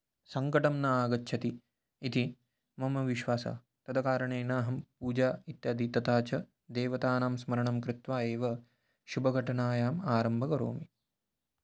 सङ्कटः न आगच्छति इति मम विश्वासः तत्कारणेन अहं पूजा इत्यादि तथा च देवतानां स्मरणं कृत्वा एव शुभघटनायाम् आरम्भं करोमि